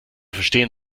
verstehen